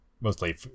mostly